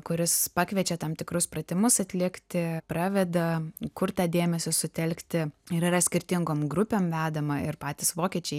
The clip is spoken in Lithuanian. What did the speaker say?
kuris pakviečia tam tikrus pratimus atlikti praveda kur tą dėmesį sutelkti ir yra skirtingom grupėm vedama ir patys vokiečiai